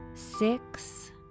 Six